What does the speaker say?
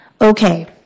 Okay